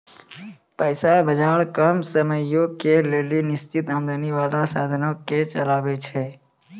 पैसा बजार कम समयो के लेली निश्चित आमदनी बाला साधनो के चलाबै छै